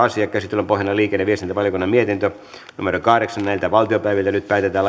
asia käsittelyn pohjana on liikenne ja viestintävaliokunnan mietintö kahdeksan nyt päätetään